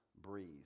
breathe